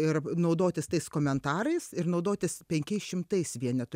ir naudotis tais komentarais ir naudotis penkiais šimtais vienetų